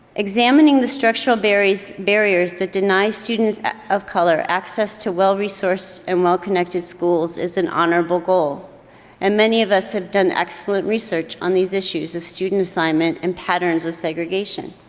examining the structural barriers barriers that deny students of color access to well-resourced and well-connected schools is an honorable goal and many of us have done excellent research on these issues of student assignment and patterns of segregation.